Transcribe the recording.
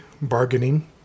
bargaining